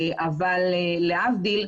אבל להבדיל,